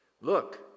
Look